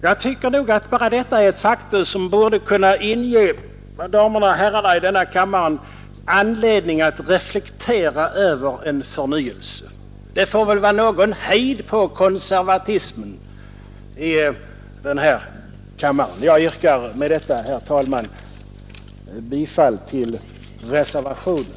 Jag tycker nog att detta faktum borde kunna ge damerna och herrarna här anledning att reflektera över en förnyelse. Det får väl vara någon hejd på konservatismen i denna kammare. Med detta, herr talman, yrkar jag bifall till reservationen.